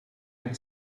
had